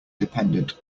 dependent